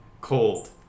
cold